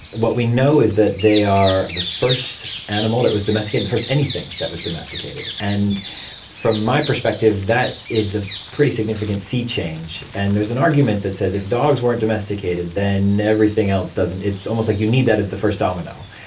what we know is that they are the first animal that was domesticated, the first anything that was domesticated. and from my perspective that is a pretty significant sea-change. and there's an argument that says if dogs weren't domesticated then everything else doesn't, it's almost like you need that as the first domino,